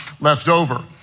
leftover